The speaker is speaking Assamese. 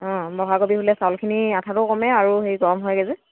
অঁ বহাগৰ বিহুলৈ চাউলখিনিৰ আঠাটো কমে আৰু হেৰি গৰম হয়গৈ যে